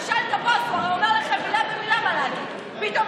אולי תשאל אותו אם הוא יכול לענות על שאלות כמו שצריך,